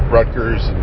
Rutgers